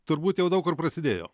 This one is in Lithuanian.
turbūt jau daug kur prasidėjo